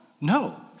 No